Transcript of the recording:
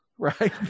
Right